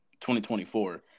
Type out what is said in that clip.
2024